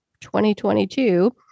2022